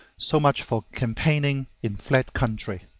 so much for campaigning in flat country.